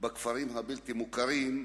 בכפרים הבלתי-מוכרים.